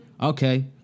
Okay